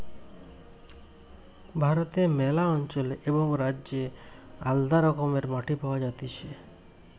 ভারতে ম্যালা অঞ্চলে এবং রাজ্যে আলদা রকমের মাটি পাওয়া যাতিছে